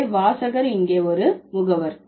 எனவே வாசகர் இங்கே ஒரு முகவர்